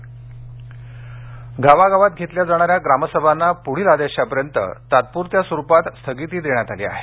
ग्रामसभा बृहन्मुंबई गावागावांत घेतल्या जाणाऱ्या ग्रामसभांना पुढील आदेशापर्यंत तात्पुरत्या स्वरुपात स्थगिती देण्यात आली आहे